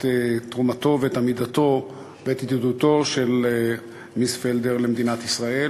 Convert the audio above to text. תרומתו ואת עמידתו ואת ידידותו של מיספלדר למדינת ישראל,